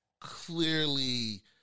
clearly